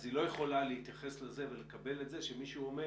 אז היא לא יכולה להתייחס לזה ולקבל את זה שמישהו אומר,